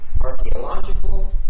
archaeological